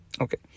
Okay